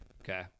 Okay